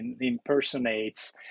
impersonates